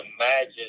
imagine